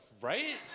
Right